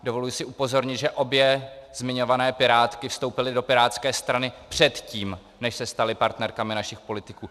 Dovoluji si upozornit, že obě zmiňované pirátky vstoupily do pirátské strany předtím, než se staly partnerkami našich politiků.